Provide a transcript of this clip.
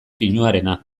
pinuarena